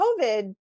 COVID